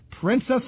Princess